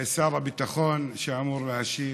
שר הביטחון שאמור להשיב,